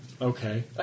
Okay